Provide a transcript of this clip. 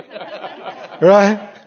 Right